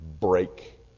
break